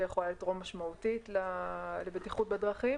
יכולה לתרום משמעותית לבטיחות בדרכים.